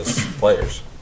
players